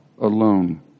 alone